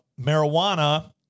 marijuana